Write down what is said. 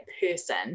person